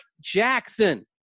Jackson